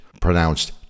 pronounced